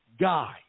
guy